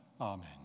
Amen